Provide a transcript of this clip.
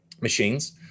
machines